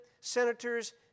senators